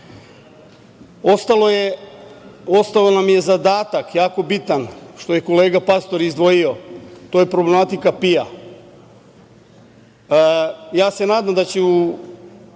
selu. Ostao nam je zadatak, jako bitan, što je kolega Pastor izdvojio, to je problematika PIO. Ja se nadam da će